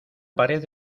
pared